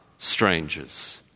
strangers